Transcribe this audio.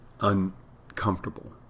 uncomfortable